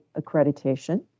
accreditation